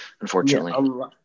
unfortunately